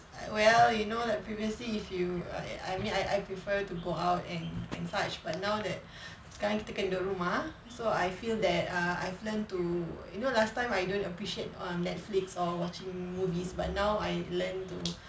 well you know like previously if you I I mean I I prefer to go out and and such but now that kind so I feel that err I've learnt to you know last time I don't appreciate um netflix or watching movies but now I learn to